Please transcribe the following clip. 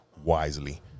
wisely